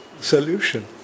solution